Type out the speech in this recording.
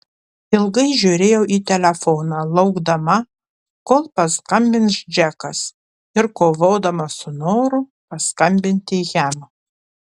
ilgai žiūrėjo į telefoną laukdama kol paskambins džekas ir kovodama su noru paskambinti jam